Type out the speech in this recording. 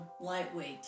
lightweight